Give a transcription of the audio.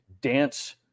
dance